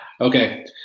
Okay